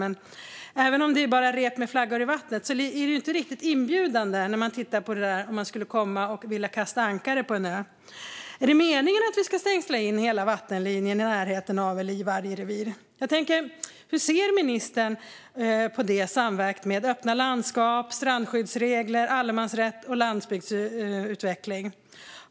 Men även om det bara handlar om rep med flaggor i vattnet är det inte riktigt inbjudande om man kommer och vill kasta ankare vid en ö.Är det meningen att vi ska stängsla in hela vattenlinjen i närheten av eller i vargrevir? Hur ser ministern på det när hon väger samman detta med öppna landskap, strandskyddsregler, allemansrätt och landsbygdsutveckling?